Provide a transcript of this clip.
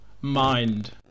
mind